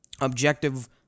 objective